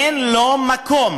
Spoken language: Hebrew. אין לו מקום.